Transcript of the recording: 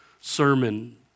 sermon